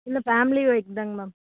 இல்லை family vehicle தாங்க ma'am